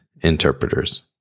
interpreters